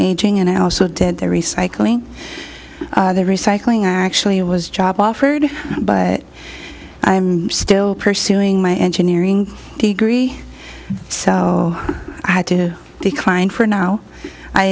aging and i also did the recycling there recycling actually it was job offered but i am still pursuing my engineering degree so i had to decline for now i